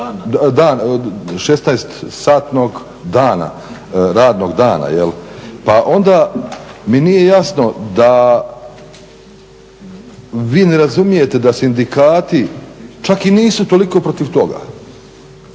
16 satnog dana, radnog dana. Pa onda mi nije jasno da vi ne razumijete da sindikati čak i nisu toliko protiv toga,